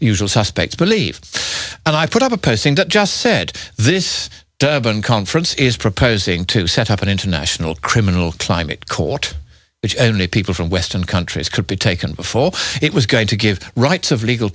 usual suspects believed and i put up a posting that just said this conference is proposing to set up an international criminal climate court which only people from western countries could be taken before it was going to give rights of legal